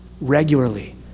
regularly